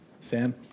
Sam